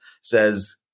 says